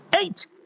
eight